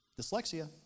Dyslexia